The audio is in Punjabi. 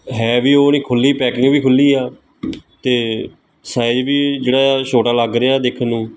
ਹੈ ਵੀ ਉਹ ਨਹੀਂ ਖੁੱਲ੍ਹੀ ਪੈਕਿੰਗ ਵੀ ਖੁੱਲ੍ਹੀ ਆ ਅਤੇ ਸਾਈਜ਼ ਵੀ ਜਿਹੜਾ ਛੋਟਾ ਲੱਗ ਰਿਹਾ ਦੇਖਣ ਨੂੰ